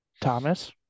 Thomas